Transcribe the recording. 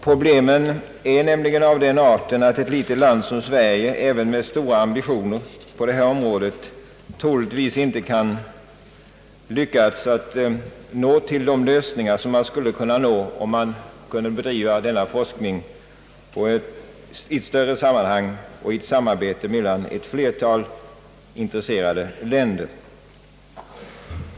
Problemet är nämligen sådant att ett litet land som Sverige, även med stora ambitioner på detta område, troligtvis inte lyckas komma fram till de lösningar som man skulle uppnå, om forskningen kunde bedrivas i ett större sammanhang och i samarbete med ett flertal intresserade länder.